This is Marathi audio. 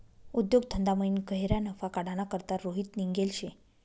उद्योग धंदामयीन गह्यरा नफा काढाना करता रोहित निंघेल शे